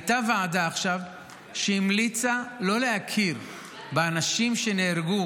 הייתה ועדה עכשיו שהמליצה לא להכיר באנשים שנהרגו